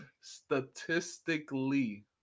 Statistically